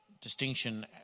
distinction